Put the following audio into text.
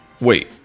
Wait